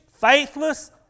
faithless